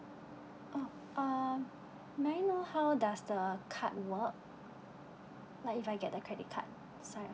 uh may I know how does the card work like if I get a credit card sorry